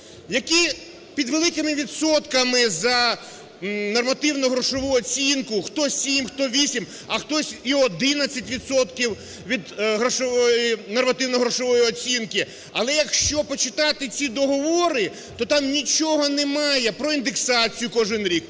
які під великими відсотками за нормативно-грошову оцінку: хто 7, хто 8, а хтось і 11 відсотків від нормативно-грошової оцінки. Але якщо почитати ці договори, то там нічого немає про індексацію кожен рік,